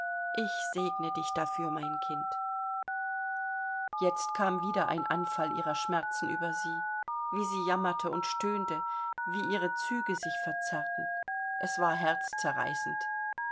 ich segne dich dafür mein kind jetzt kam wieder ein anfall ihrer schmerzen über sie wie sie jammerte und stöhnte wie ihre züge sich verzerrten es war herzzerreißend